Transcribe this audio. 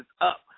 up